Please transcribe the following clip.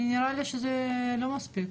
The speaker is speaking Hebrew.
נראה לי שזה לא מספיק.